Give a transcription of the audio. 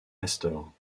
astor